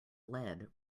lead